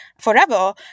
forever